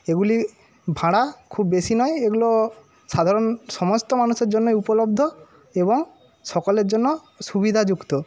এগুলি ভাড়া খুব বেশি নয় এগুলো সাধারণ সমস্ত মানুষের জন্যই উপলব্ধ এবং সকলের জন্য সুবিধাযুক্ত